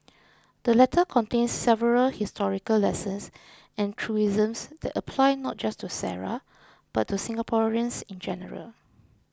the letter contains several historical lessons and truisms that apply not just to Sara but to Singaporeans in general